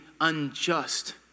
unjust